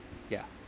ya